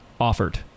offered